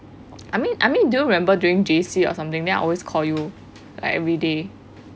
I mean I mean do you remember during J_C or something then I always call you like everyday